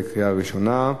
בקריאה ראשונה.